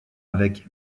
avec